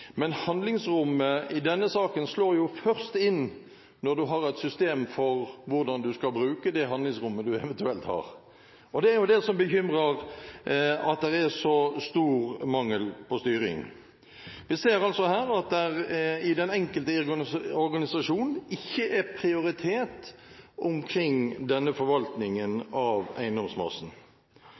Men handlingsrommet i denne saken slår først inn når man har et system for hvordan man skal bruke det handlingsrommet man eventuelt har. Det er det som bekymrer – at man har så stor mangel på styring. Vi ser at i den enkelte organisasjon er det ikke prioritet av forvaltningen av eiendomsmassen.